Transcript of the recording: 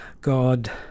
God